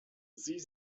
sie